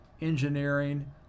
engineering